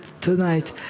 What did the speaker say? tonight